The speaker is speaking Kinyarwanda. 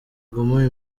guma